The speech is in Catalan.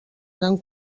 eren